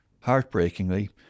Heartbreakingly